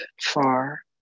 far